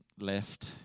left